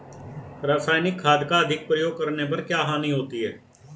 रासायनिक खाद का अधिक प्रयोग करने पर क्या हानि होती है?